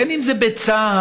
בין שזה בצה"ל,